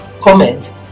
comment